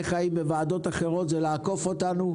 חיים בוועדות אחרות זה לעקוף אותנו.